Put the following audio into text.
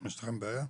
הקופות.